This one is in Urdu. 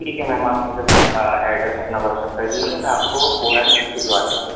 ٹھیک ہے میم آپ مجھے ایڈریس اپنا واٹسیپ کر دیجیے میں آپ کو فوراً بھجوا دیتا ہوں